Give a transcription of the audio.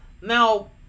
Now